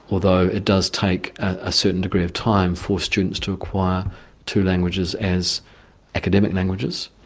although it does take a certain degree of time for students to acquire two languages as academic languages,